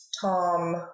Tom